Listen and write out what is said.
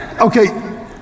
Okay